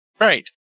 Right